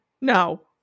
no